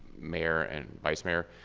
mayor and vice mayor,